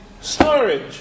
storage